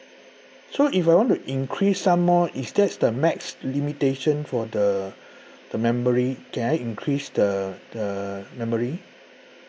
so if I want to increase some more is that's the max limitation for the the memory can I increase the the memory